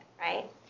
right